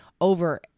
over